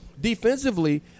Defensively